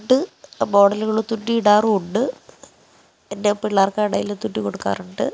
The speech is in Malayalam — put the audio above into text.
ഉണ്ട് മോഡലുകൾ തുന്നി ഇടാറുമുണ്ട് എന്റെ പിള്ളേർക്കാണെങ്കിലും തുന്നി കൊടുക്കാറുണ്ട്